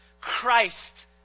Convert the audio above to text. Christ